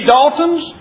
Dalton's